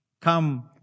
Come